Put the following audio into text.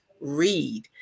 read